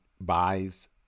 buys